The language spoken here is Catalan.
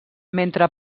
mentre